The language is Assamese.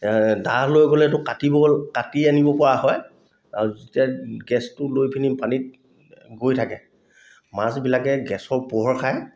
দা লৈ গ'লেতো কাটিব কাটি আনিব পৰা হয় আৰু যেতিয়া গেছটো লৈ পিনি পানীত গৈ থাকে মাছবিলাকে গেছৰ পোহৰ খায়